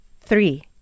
Three